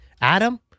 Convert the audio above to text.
adam